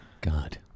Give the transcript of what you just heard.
God